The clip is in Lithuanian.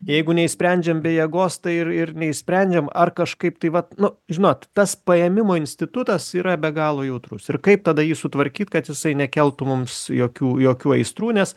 jeigu neišsprendžiam be jėgos tai ir ir neišsprendžiam ar kažkaip tai vat nu žinot tas paėmimo institutas yra be galo jautrus ir kaip tada jį sutvarkyt kad jisai nekeltų mums jokių jokių aistrų nes